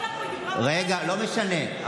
היא לא עלתה, רגע, לא משנה.